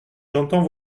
j’entends